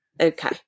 okay